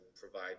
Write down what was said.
provide